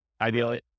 Ideally